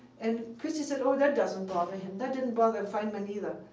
and christy said, oh, that doesn't bother him. that didn't bother feynman either.